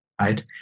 right